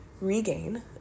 regain